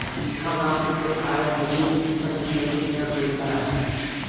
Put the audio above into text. हमर गाँव के खेत खार म पहिली किसम किसम के पेड़ पउधा राहय